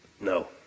No